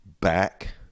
back